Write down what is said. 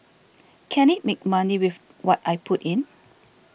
can it make money with what I put in